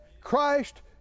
Christ